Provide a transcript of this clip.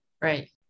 Right